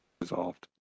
resolved